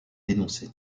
dénoncé